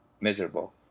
miserable